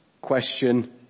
question